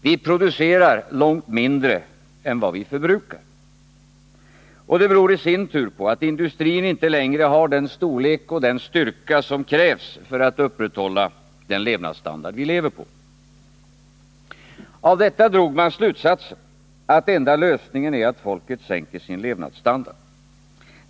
Vi producerar långt mindre än vi förbrukar. Och det beror i sin tur på att industrin inte längre har den storlek och styrka som krävs för att upprätthålla den hittillsvarande levnadsstandarden. Av detta drog man slutsatsen att enda lösningen var att folket sänkte sin levnadsstandard.